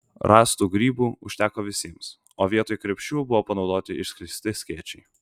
rastų grybų užteko visiems o vietoj krepšių buvo panaudoti išskleisti skėčiai